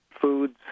foods